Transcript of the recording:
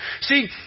See